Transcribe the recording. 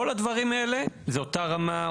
כל הדברים האלה זה אותה רמה,